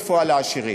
רפואה לעשירים.